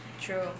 True